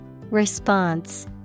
Response